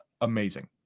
Amazing